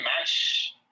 match